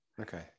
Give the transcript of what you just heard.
Okay